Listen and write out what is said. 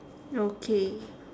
okay